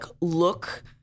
look